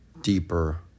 deeper